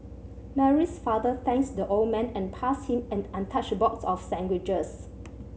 Mary's father thanked the old man and passed him an untouched box of sandwiches